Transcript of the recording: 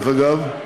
דרך אגב,